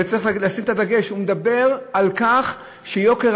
צריך לשים את הדגש: הוא מדבר על כך שיוקר